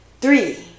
three